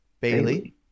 Bailey